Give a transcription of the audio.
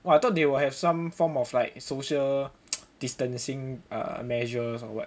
!wah! I thought they will have some form of like social distancing measures or [what]